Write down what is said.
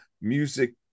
music